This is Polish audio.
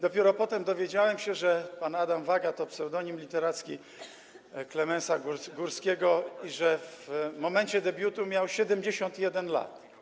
Dopiero potem dowiedziałem się, że „Adam Waga” to pseudonim literacki Klemensa Górskiego i że w momencie debiutu miał on 71 lat.